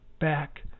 back